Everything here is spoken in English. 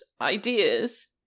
ideas